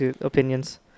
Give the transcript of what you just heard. opinions